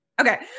Okay